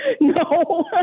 no